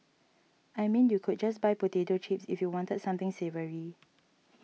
I mean you could just buy potato chips if you wanted something savoury